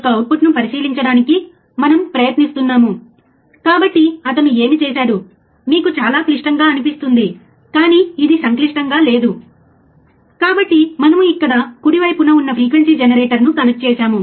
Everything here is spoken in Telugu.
ఇక్కడ మేము స్లీవ్ రేటును కొలవడం లేదు అందువల్ల మీరు ఒక ప్రత్యేకతను చూడకపోతే మేము గరిష్ట ఫ్రీక్వెన్సీని కొలవడం లేదు